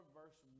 verse